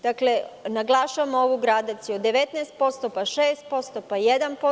Dakle, naglašavam ovu gradaciju – 19%, pa 6%, pa 1%